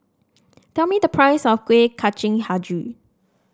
tell me the price of Kueh Kacang hijau